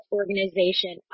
organization